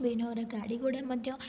ବିଭିନ୍ନ ପ୍ରକାର ଗାଡ଼ି ଗୁଡ଼ା ମଧ୍ୟ